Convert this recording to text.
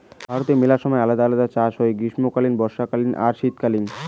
ভারতে মেলা সময় আলদা আলদা চাষ হই গ্রীষ্মকালীন, বর্ষাকালীন আর শীতকালীন